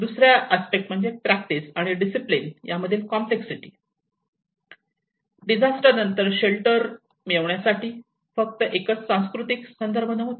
दुसरा अस्पेक्ट म्हणजे प्रॅक्टिस आणि डिसिप्लिन या मधील कॉम्प्लेक्ससिटी डिझास्टर नंतर शेल्टर मिळवण्यासाठी फक्त एकच सांस्कृतिक संदर्भ नव्हता